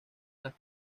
las